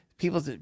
People